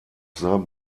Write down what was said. seinem